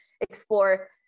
explore